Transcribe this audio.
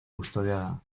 custodiada